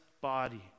body